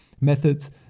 methods